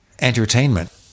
entertainment